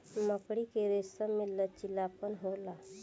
मकड़ी के रेसम में लचीलापन होला